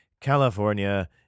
California